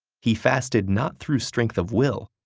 he fasted not through strength of will,